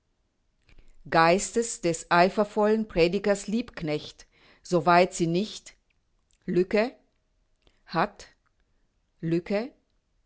geistes des eifervollen predigers liebknecht soweit sie nicht hat